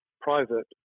private